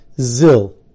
Zil